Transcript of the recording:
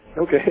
Okay